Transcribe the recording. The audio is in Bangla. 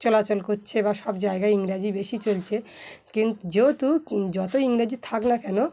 চলাচল করছে বা সব জায়গায় ইংরাজি বেশি চলছে কিন্ত যেহেতু যত ইংরাজি থাক না কেন